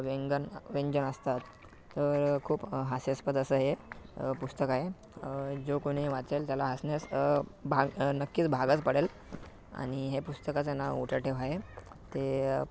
वेंगन वेंजन असतात तर खूप हास्यास्पद असं हे पुस्तक आहे जो कोणी हे वाचेल त्याला हसण्यास भाग नक्कीच भागच पडेल आणि हे पुस्तकाचं नाव उठाठेव आहे ते